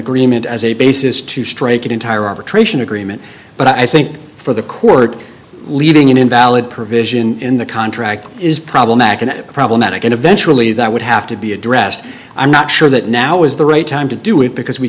agreement as a basis to strike an entire arbitration agreement but i think for the court leaving an invalid provision in the contract is problematic and problematic and eventually that would have to be addressed i'm not sure that now is the right time to do it because we